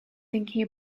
thinking